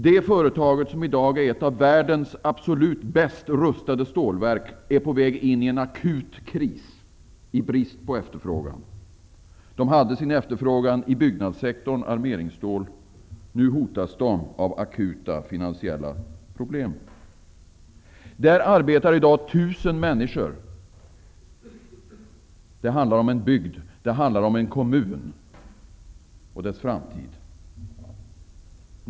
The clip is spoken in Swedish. Detta företag, som i dag är ett av världens absolut bäst rustade stålverk, är på väg in i en akut kris i brist på efterfrågan. Företagets produkt, armeringsjärn, efterfrågades i byggnadssektorn. Nu hotas företaget av akuta finanansiella problem. I företaget arbetar i dag 1 000 människor. Det handlar om en bygd. Det handlar om en kommun och dess framtid.